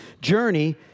journey